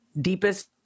deepest